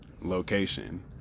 location